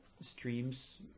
streams